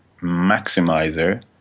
maximizer